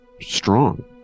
strong